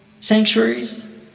sanctuaries